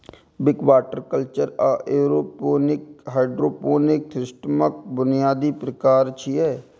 Wick, water culture आ aeroponic hydroponic सिस्टमक बुनियादी प्रकार छियै